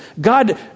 God